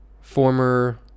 former